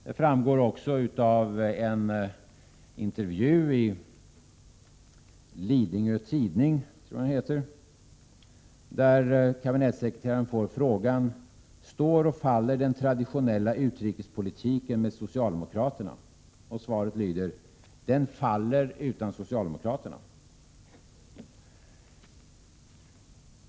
Det framgår också av en intervju i Lidingö Tidning, där kabinettssekreteraren får frågan: Står och faller den traditionella utrikespolitiken med socialdemokraterna? Svaret lyder: Den faller utan socialdemokraterna.